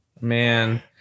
Man